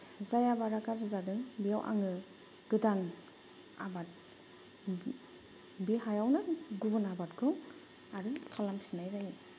जाय आबादआ गाज्रि जादों बेयाव आङो गोदान आबाद बे हायावनो गुबुन आबादखौ आरो खालामफिन्नाय जायो